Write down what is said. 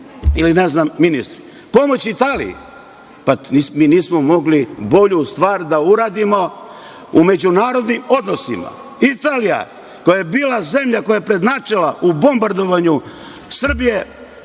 ili ne znam, ministri. Pomoć Italiji, pa mi nismo mogli bolju stvar da uradimo. U međunarodnim odnosima Italija, koja je bila zemlja koja je prednjačila u bombardovanju Srbije,